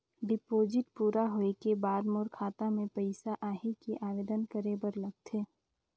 Deposit पूरा होय के बाद मोर खाता मे पइसा आही कि आवेदन करे बर लगथे?